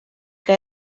que